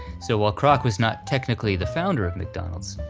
so while kroc was not technically the founder of mcdonald's,